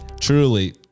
truly